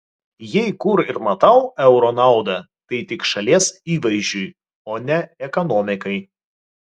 jei kur ir matau euro naudą tai tik šalies įvaizdžiui o ne ekonomikai